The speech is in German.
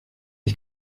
ich